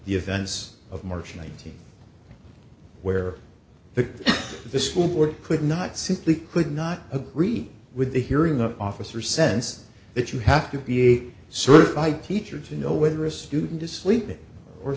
the events of march nineteenth where the the school board could not simply could not agree with the hearing the officer sensed that you have to be a certified teacher to know whether a student is sleeping or